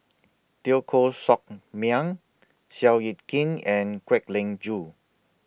Teo Koh Sock Miang Seow Yit Kin and Kwek Leng Joo